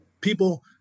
people